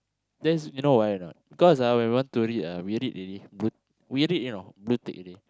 that's you know why or not because ah when we want read ah we read already blue we read you know blue tick already